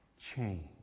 change